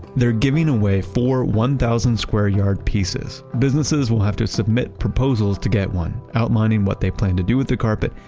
they're giving away four one thousand square yard pieces. businesses will have to submit proposals to get one outlining what they plan to do with their carpet,